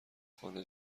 خانه